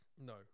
No